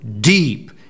deep